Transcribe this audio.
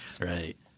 right